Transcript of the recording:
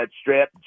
Strip